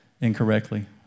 incorrectly